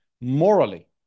morally